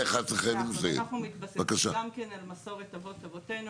אנחנו מתבססים גם כן על מסורת אבות אבותינו,